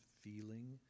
feeling